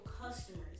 customers